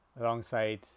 alongside